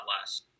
less